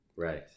Right